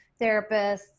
therapists